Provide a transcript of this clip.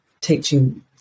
teaching